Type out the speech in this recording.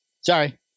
Sorry